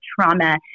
trauma